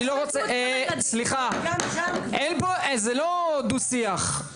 אין פה, זה לא דו שיח.